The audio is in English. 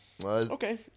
Okay